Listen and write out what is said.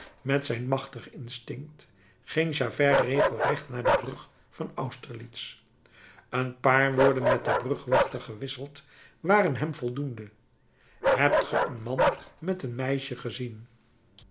met zijn machtig instinct ging javert regelrecht naar de brug van austerlitz een paar woorden met den brugwachter gewisseld waren hem voldoende hebt ge een man met een meisje gezien